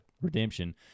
redemption